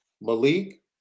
Malik